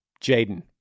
Jaden